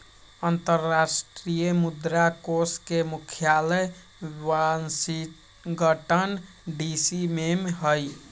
अंतरराष्ट्रीय मुद्रा कोष के मुख्यालय वाशिंगटन डीसी में हइ